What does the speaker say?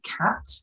cat